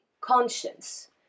conscience